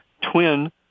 Twin